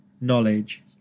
knowledge